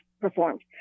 performed